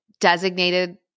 designated